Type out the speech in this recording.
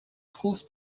trouve